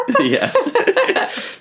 Yes